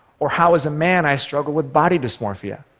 or how as a man i struggle with body dysmorphia,